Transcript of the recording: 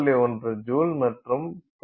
1 joule மற்றும் 0